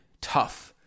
tough